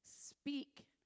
Speak